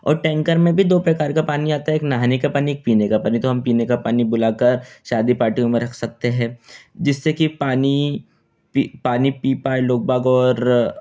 और टैंकर में भी दो प्रकार का पानी आता है एक नहाने का पानी एक पीने का पानी तो हम पीने का पानी बुला कर शादी पार्टियों में रख सकते हैं जिससे की पानी पी पानी पी पाए लोग बाग और